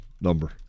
number